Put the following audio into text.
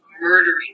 murdering